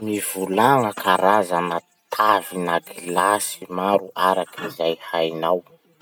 Mivolagna karazana tavina glasy maro araky ny zay hainao.